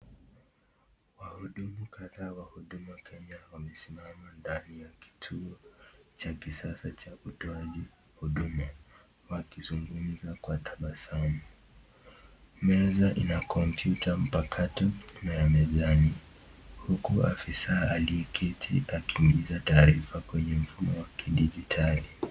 Wahudumu kadhaa kwa huduma ya Kenya wamesimama ndani ya kituo cha kisasa cha utoaji huduma wakizungumza kwa tabasamu, meza ina komputa mpakatu na ya mezani huku afisa aliyeketi akiingiza taarifa kwenye mfumo wa kidijitali.